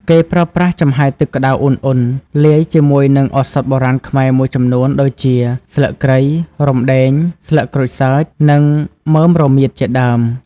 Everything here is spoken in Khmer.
គេប្រើប្រាស់ចំហាយទឹកក្ដៅឧណ្ហៗលាយជាមួយនឹងឱសថបុរាណខ្មែរមួយចំនួនដូចជា ស្លឹកគ្រៃ រំដេង ស្លឹកក្រូចសើច និងមើមរមៀតជាដើម។